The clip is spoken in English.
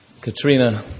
Katrina